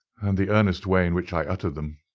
and the earnest way in which i uttered them.